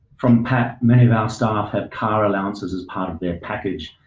from pat, many of our staff have car allowances as part of their package.